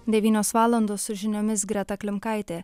devynios valandos su žiniomis greta klimkaitė